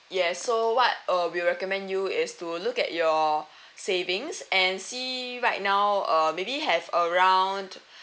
yes so what uh we recommend you is to look at your savings and see right now uh maybe have around